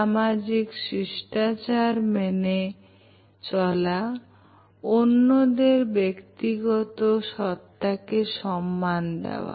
সামাজিক শিষ্টাচার মেনে চলা অন্যদের ব্যক্তিগত সত্তাকে সম্মান দেওয়া